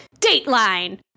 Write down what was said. Dateline